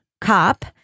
cop